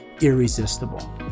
irresistible